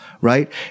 right